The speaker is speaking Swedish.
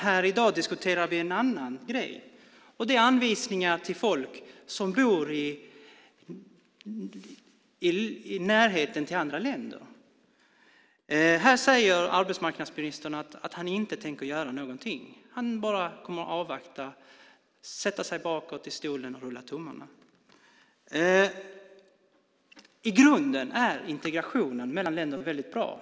Här i dag diskuterar vi en annan grej, nämligen anvisningarna till folk som bor i närheten av andra länder. Här säger arbetsmarknadsministern att han inte tänker göra någonting. Han kommer bara att avvakta, luta sig bakåt i stolen och rulla tummarna. I grunden är integrationen mellan länder väldigt bra.